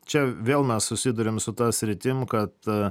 čia vėl mes susiduriam su ta sritim kad